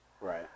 right